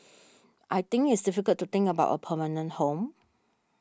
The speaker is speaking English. I think it's difficult to think about a permanent home